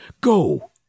Go